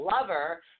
lover